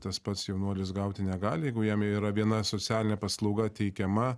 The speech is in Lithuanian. tas pats jaunuolis gauti negali jeigu jam jau yra viena socialinė paslauga teikiama